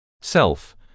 self